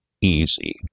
easy